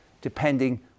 depending